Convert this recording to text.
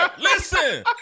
Listen